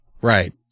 Right